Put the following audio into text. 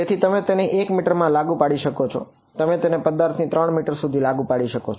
તેથી તમે તેને 1 મીટર માં લાગુ પાડી શકો છો તમે તેને પદાર્થથી 3 મીટર સુધી લાગુ પાડી શકો છો